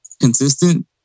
consistent